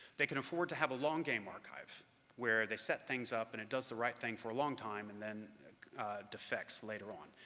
they can afford to have a long game archive where they set things up, and it does the right thing for a long time and then defects later on.